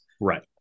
right